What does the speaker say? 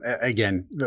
Again